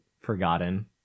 forgotten